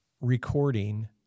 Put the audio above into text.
recording